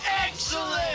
Excellent